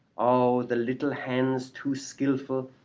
oh, the little hands too skillful,